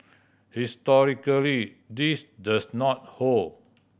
historically this does not hold